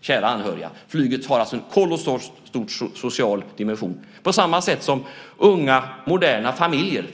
kära anhöriga. Flyget har alltså en kolossalt stor social dimension. Vi ska tala om moderniteter här.